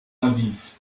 aviv